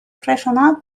freŝan